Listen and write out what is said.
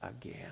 again